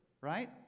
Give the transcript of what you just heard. right